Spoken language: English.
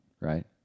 right